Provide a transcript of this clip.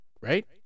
Right